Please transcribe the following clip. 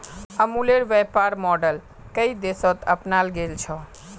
अमूलेर व्यापर मॉडल कई देशत अपनाल गेल छ